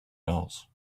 else